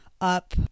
up